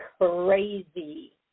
crazy